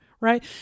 right